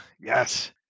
Yes